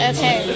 Okay